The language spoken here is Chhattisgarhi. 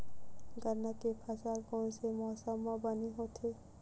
गन्ना के फसल कोन से मौसम म बने होथे?